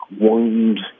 wound